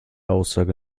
aussage